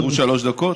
עברו שלוש דקות?